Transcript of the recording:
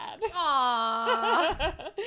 Aww